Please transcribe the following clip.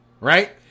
Right